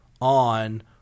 on